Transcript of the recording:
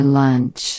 lunch